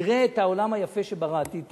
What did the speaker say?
תראה את העולם היפה שבראתי,